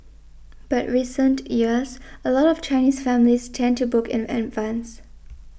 but recent years a lot of Chinese families tend to book in advance